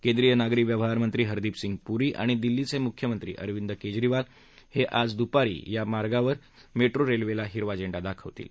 केंद्रीय नागरी व्यवहार मंत्री हरदीप सिंग पुरी आणि दिल्लीचे मुख्यमंत्री अरविंद केजरीवाल हे आज दुपारी या मार्गावर मेट्रो रेल्वेला हिरवा झेंडा दाखवतील